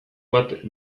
bat